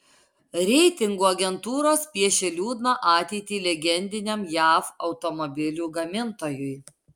reitingų agentūros piešia liūdną ateitį legendiniam jav automobilių gamintojui